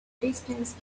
distance